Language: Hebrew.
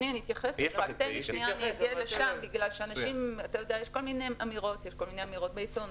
אני אתייחס כי יש כל מיני אמירות בעיתונות.